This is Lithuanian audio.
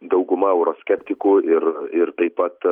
dauguma euroskeptikų ir ir taip pat